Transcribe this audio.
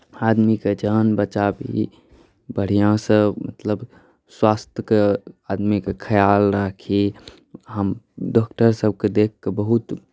आदमीके जान बचाबी बढ़िआँसँ मतलब स्वास्थ्यके आदमीके खयाल राखी हम डॉक्टरसभकेँ देखिके बहुत